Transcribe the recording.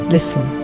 Listen